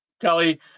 Kelly